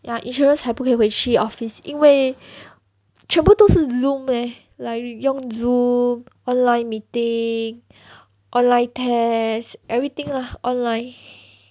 ya insurance 还可以回去 office 因为全部都是 Zoom leh like 用 Zoom online meeting online test everything lah online